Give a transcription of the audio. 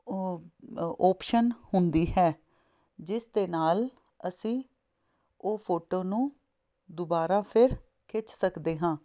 option ਹੁੰਦੀ ਹੈ ਜਿਸ ਦੇ ਨਾਲ ਅਸੀਂ ਉਹ ਫੋਟੋ ਨੂੰ ਦੁਬਾਰਾ ਫੇਰ ਖਿੱਚ ਸਕਦੇ ਹਾਂ